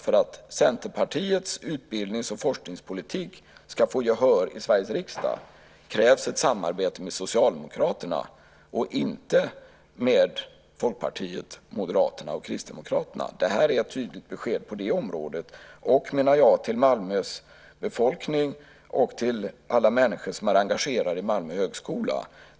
För att Centerpartiets utbildnings och forskningspolitik ska få gehör i Sveriges riksdag krävs ett samarbete med Socialdemokraterna och inte med Folkpartiet, Moderaterna och Kristdemokraterna. Det här är ett tydligt besked på det området och, menar jag, till Malmös befolkning och alla människor som är engagerade i Malmö högskola.